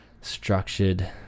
structured